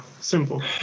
Simple